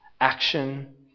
action